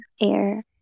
Air